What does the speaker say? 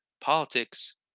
politics